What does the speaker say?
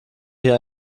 hier